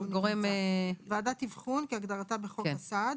״ועדת אבחון״ - כהגדרתה בחוק הסעד,